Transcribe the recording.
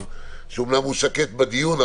הזה אני צריכה לדעת שהתחסנת או שאתה מחלים.